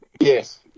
Yes